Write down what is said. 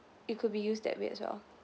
it could be used that way as well